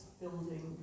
building